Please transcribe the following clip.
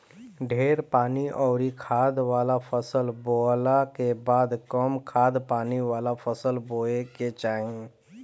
ढेर पानी अउरी खाद वाला फसल बोअला के बाद कम खाद पानी वाला फसल बोए के चाही